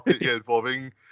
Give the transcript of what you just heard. involving